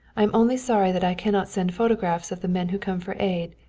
i am only sorry that i cannot send photographs of the men who come for aid,